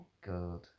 Good